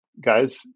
guys